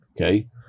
okay